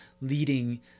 leading